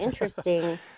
interesting